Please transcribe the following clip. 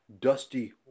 Dusty